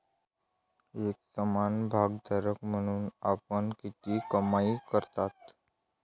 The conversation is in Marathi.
एक सामान्य भागधारक म्हणून आपण किती कमाई करता?